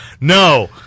No